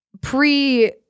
pre-